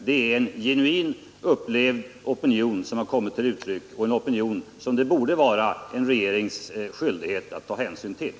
Det är en genuin, upplevd opinion som har kommit till uttryck, en opinion som det borde vara en regerings skyldighet att ta hänsyn till.